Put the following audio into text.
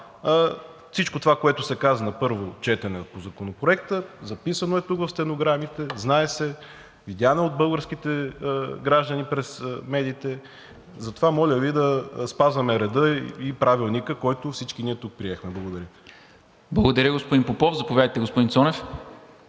всичко това, което се каза на първо четене по Законопроекта – записано е тук в стенограмите, знае се, видяно е от българските граждани през медиите – затова, моля Ви да спазваме реда и Правилника, който всички ние тук приехме. Благодаря. ПРЕДСЕДАТЕЛ НИКОЛА МИНЧЕВ: Благодаря, господин Попов. Заповядайте, господин Цонев.